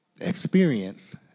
Experience